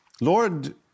Lord